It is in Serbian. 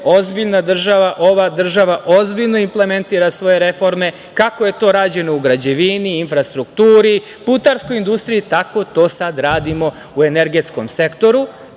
ozbiljna država, ova država ozbiljno implementira svoje reforme, kako je to rađeno u građevini, infrastrukturi, putarskoj industriji, tako to sad radimo u energetskom sektoru,